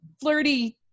flirty